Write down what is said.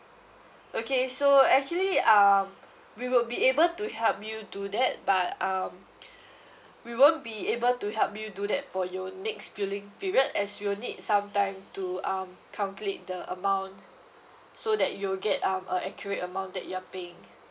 okay so actually um we will be able to help you do that but um we won't be able to help you do that for your next billing period as we'll need some time to um calculate the amount so that you will get um a accurate amount that you're paying